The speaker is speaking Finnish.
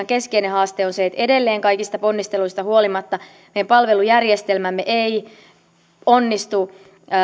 keskeinen haaste on se että edelleen kaikista ponnisteluista huolimatta meidän palvelujärjestelmämme ei onnistu